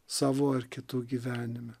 savo ar kitų gyvenime